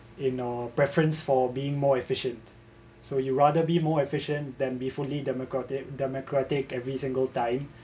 in a preference for being more efficient so you rather be more efficient than be fully democratic democratic every single time